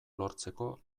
lortzeko